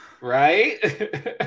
Right